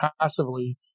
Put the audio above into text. passively